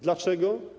Dlaczego?